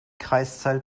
kreiszahl